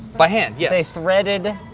by hand, yes. they threaded